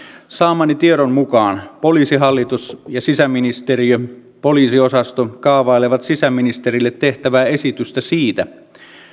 saamani tiedon mukaan poliisihallitus ja sisäministeriön poliisiosasto kaavailevat sisäministerille tehtävää esitystä siitä